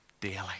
daily